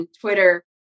Twitter